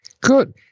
Good